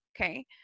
okay